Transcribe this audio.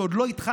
כשעוד לא התחלנו,